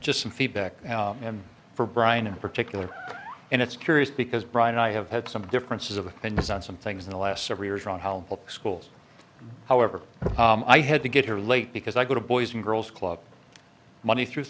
just some feedback from brian in particular and it's curious because brian i have had some differences of opinions on some things in the last several years on how schools however i had to get here late because i go to boys and girls club money through